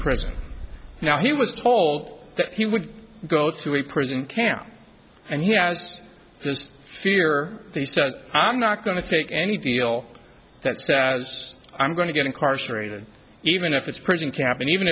prison now he was told that he would go to a prison camp and he has this fear he says i'm not going to take any deal that says i'm going to get incarcerated even if it's prison camp and even